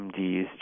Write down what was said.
MDs